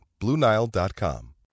BlueNile.com